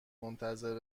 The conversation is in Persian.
منتظر